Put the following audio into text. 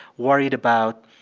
worried about,